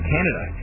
Canada